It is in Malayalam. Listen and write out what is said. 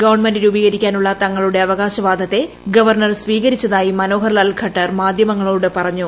ഗവൺമെന്റ് രൂപീകരിക്കാനുള്ള തങ്ങളുടെ അവകാശവാദത്തെ ഗവർണർ സ്വീകരിച്ചതായി മനോഹർ ലാൽ ഖട്ടർ മാധ്യമങ്ങളോട് പറഞ്ഞു